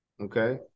Okay